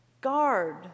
Guard